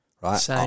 Right